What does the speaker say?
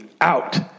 out